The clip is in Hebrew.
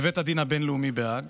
בבית הדין הבין-לאומי בהאג